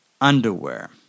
underwear